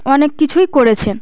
অনেক কিছুই করেছেন